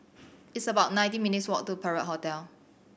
it's about nineteen minutes' walk to Perak Hotel